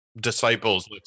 disciples